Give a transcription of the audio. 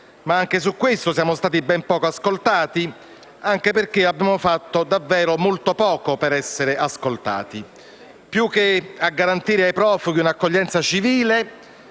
ma anche su questo siamo stati ben poco ascoltati, anche perché abbiamo fatto davvero molto poco per esserlo. Più che a garantire ai profughi un'accoglienza civile